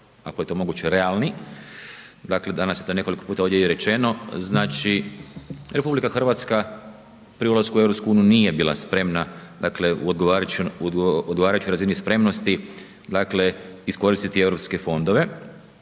ako je to moguće realni, dakle danas je to nekoliko puta ovdje u rečeno, znači RH pri ulasku u EU nije bila spremna u odgovarajućoj razini spremnosti iskoristiti europske fondove,